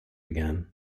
again